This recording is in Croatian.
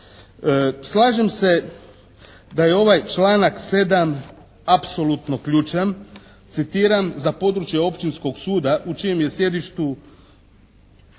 Slažem se da je ovaj članak 7. apsolutno ključan. Citiram: "Za područje općinskog suda u čijem je sjedištu